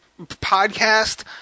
podcast